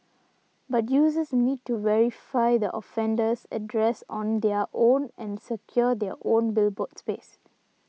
but users need to verify the offender's address on their own and secure their own billboard space